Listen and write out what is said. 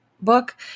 book